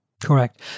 Correct